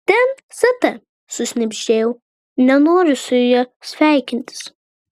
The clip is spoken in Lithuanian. ten st sušnibždėjau nenoriu su ja sveikintis